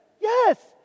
Yes